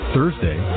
Thursday